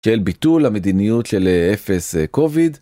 של ביטול המדיניות של אפס קוביד.